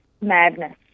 madness